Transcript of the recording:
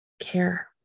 care